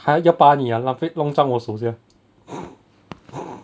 还要巴你啊浪费弄脏我手先